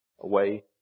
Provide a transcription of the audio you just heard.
away